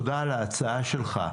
תודה על ההצעה שלך.